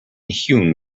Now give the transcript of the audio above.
hewn